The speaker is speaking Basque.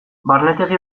barnetegi